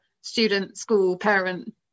student-school-parent